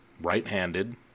right-handed